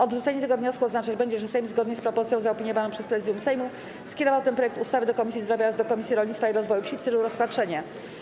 Odrzucenie tego wniosku oznaczać będzie, że Sejm, zgodnie z propozycją zaopiniowaną przez Prezydium Sejmu, skierował ten projekt ustawy do Komisji Zdrowia oraz do Komisji Rolnictwa i Rozwoju Wsi w celu rozpatrzenia.